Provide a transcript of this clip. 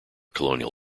colonial